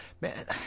man